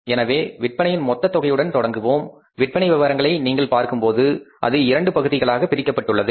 எனவே விற்பனையின் மொத்தத் தொகையுடன் தொடங்குவோம் விற்பனை விவரங்களை நீங்கள் பார்க்கும்போது அது இரண்டு பகுதிகளாகப் பிரிக்கப்பட்டுள்ளது